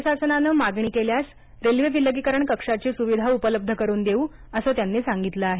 राज्यशासनानं मागणी केल्यास रेल्वे विलगीकरण कक्षाची सुविधा उपलब्ध करून देऊ असं त्यांनी सांगितलं आहे